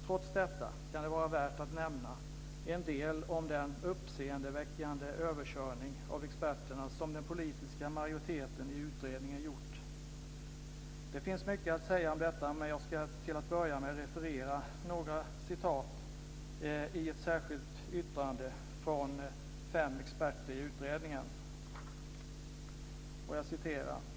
Trots detta kan det vara värt att nämna en del om den uppseendeväckande överkörning av experterna som den politiska majoriteten i utredningen gjort. Det finns mycket att säga om detta, men jag ska till att börja med citera ur ett särskilt yttrande från fem experter i utredningen.